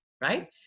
right